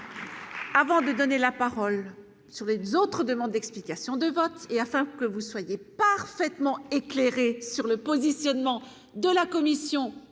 Avant de donner la parole sur les autres demandes d'explications de vote et afin que vous soyez parfaitement et. Claire et sur le positionnement de la commission